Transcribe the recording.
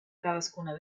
cadascuna